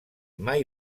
mai